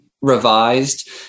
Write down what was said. revised